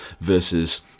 versus